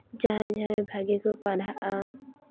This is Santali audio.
ᱡᱟᱦᱟᱸᱭ ᱡᱟᱦᱟᱸᱭ ᱵᱷᱟᱹᱜᱤ ᱠᱚ ᱯᱟᱲᱦᱟᱜᱼᱟ